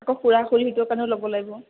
আকৌ খুৰা খুৰীহঁতৰ কাৰণেও ল'ব লাগিব